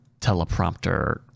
teleprompter